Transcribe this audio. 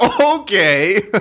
Okay